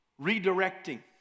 redirecting